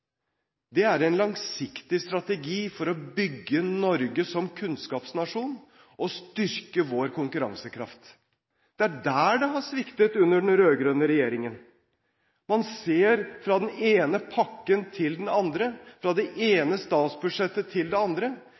er en langsiktig strategi for å bygge Norge som kunnskapsnasjon og styrke vår konkurransekraft. Det er der det har sviktet under den rød-grønne regjeringen. Man ser fra den ene pakken til den andre og fra det ene statsbudsjettet til det andre.